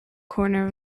corner